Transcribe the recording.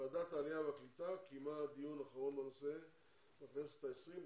ועדת העלייה והקליטה קיימה דיון אחרון בנושא בכנסת ה-20,